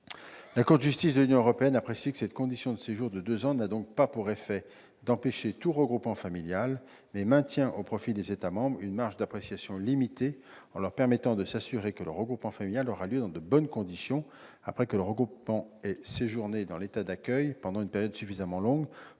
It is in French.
la Cour de justice de l'Union européenne a précisé que cette condition de séjour de deux ans « n'a pas pour effet d'empêcher tout regroupement familial, mais maintient au profit des États membres une marge d'appréciation limitée en leur permettant de s'assurer que le regroupement familial aura lieu dans de bonnes conditions, après que le regroupant a séjourné dans l'État d'accueil pendant une période suffisamment longue pour présumer une installation stable et un